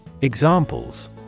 Examples